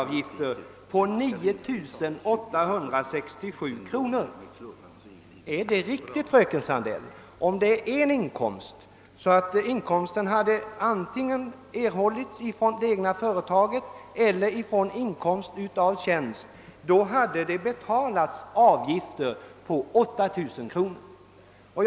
Är det riktigt, fröken Sandell? Om det endast hade varit fråga om inkomst antingen från det egna företaget eller från tjänst hade vederbörande inte behövt betala avgift på mer än 6 000 kronor.